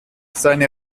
seine